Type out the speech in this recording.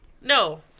no